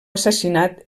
assassinat